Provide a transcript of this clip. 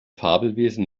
fabelwesen